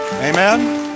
Amen